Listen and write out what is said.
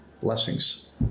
Blessings